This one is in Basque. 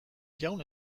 jaun